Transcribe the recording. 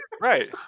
right